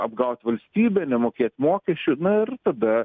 apgaut valstybę nemokėt mokesčių na ir tada